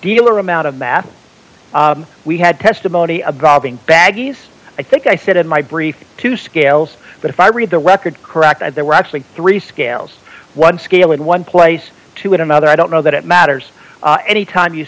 dealer amount of math we had testimony a gobbing baggies i think i said in my brief two scales but if i read the record correct and there were actually three scales one scale in one place to another i don't know that it matters any time you